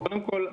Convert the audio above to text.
קודם כל,